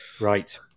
Right